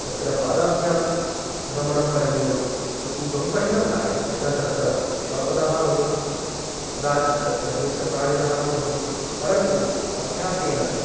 तत्र पादाभ्यां भ्रमणं करणीयम् इति बहु कठिनं कार्यं यतः तत्र श्वापदाः भवन्ति कदाचित् तत्र हिंस्रप्राणिनः अपि भवन्ति परन्तु अभ्यासेन